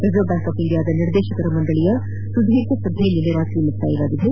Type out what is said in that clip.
reserve bank of ಇಂಡಿಯಾದ ನಿರ್ದೇಶಕರ ಮಂಡಳಿಯ ಸುದೀರ್ಘ ಸಭೆ ನಿನ್ನೆ ರಾತ್ರಿ ಮುಕ್ತಾಯವಾಗಿದೆ